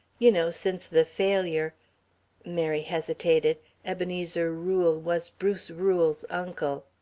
you know, since the failure mary hesitated ebenezer rule was bruce rule's uncle.